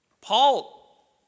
Paul